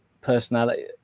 personality